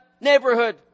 neighborhood